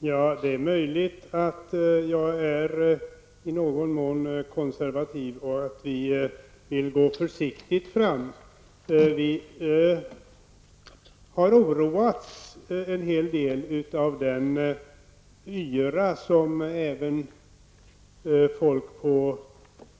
Herr talman! Det är möjligt att jag i någon mån är konservativ och att vi vill gå försiktigt fram. Vi har oroats en hel del av den yra som även företrädare på